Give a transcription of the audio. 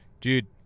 dude